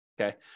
okay